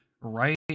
right